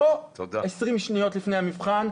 לא 20 שניות לפני המבחן,